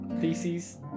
thesis